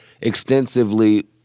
extensively